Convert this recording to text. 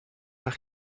nach